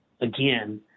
Again